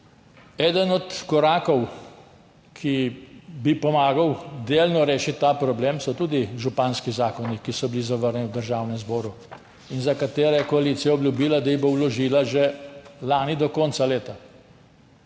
Eden od korakov, ki bi pomagal delno rešiti ta problem, so tudi županski zakoni, ki so bili zavrnjeni v Državnem zboru in za katere je koalicija obljubila, da jih bo vložila že lani do konca leta.